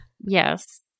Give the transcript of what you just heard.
Yes